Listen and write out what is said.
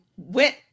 went